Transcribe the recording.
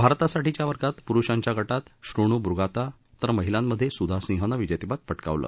भारतासाठीच्या वर्गात प्रुषांच्या गात श्रेणू बुगाता तर महिलांमध्ये सुधा सिंहनं विजेतेपदप कावलं